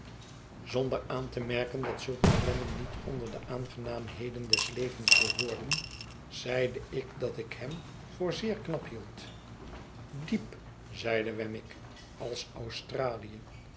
zonder aan te merken dat zulke klemmen niet onder de aangenaamheden des levens behoorden zeide ik dat ik hem voor zeerknaphield diep zeide wemmick als australia